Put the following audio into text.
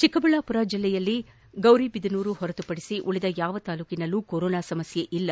ಚಿಕ್ಕಬಳ್ಳಾಪುರ ಜಿಲ್ಲೆಯಲ್ಲಿ ಗೌರಿಬಿದನೂರು ಹೊರತುಪಡಿಸಿ ಉಳಿದ ಯಾವ ತಾಲೂಕಿನಲ್ಲೂ ಕೊರೋನಾ ಸಮಸ್ಯೆ ಇಲ್ಲ